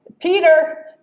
Peter